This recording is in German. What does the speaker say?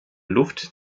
luft